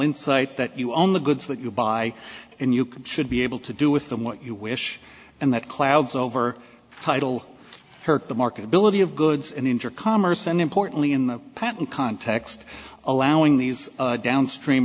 insight that you own the goods that you buy and you can should be able to do with them what you wish and that clouds over title hurt the market ability of goods and injure commerce and importantly in the patent context allowing these downstream